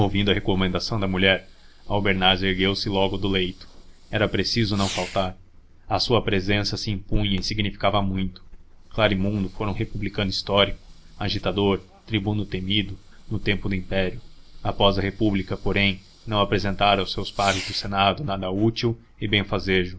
a recomendação da mulher albernaz ergueu-se logo do leito era preciso não faltar a sua presença se impunha e significava muito clarimundo fora um republicano histórico agitador tribuno temido no tempo do império após a república porém não apresentara aos seus pares do senado nada de útil e